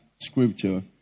scripture